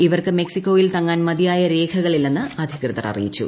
ഇവർക്ക് മെക്സിക്കോയിൽ തങ്ങാൻ മതിയായ രേഖകൾ ഇല്ലെന്ന് അധികൃതർ അറിയിച്ചു